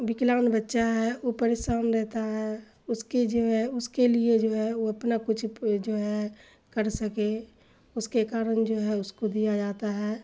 وکلانگ بچہ ہے وہ پریشان رہتا ہے اس کی جو ہے اس کے لیے جو ہے وہ اپنا کچھ جو ہے کر سکے اس کے کارن جو ہے اس کو دیا جاتا ہے